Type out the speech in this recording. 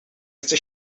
chcę